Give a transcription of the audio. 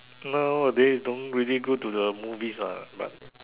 nowadays don't really go to the movies ah but